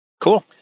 cool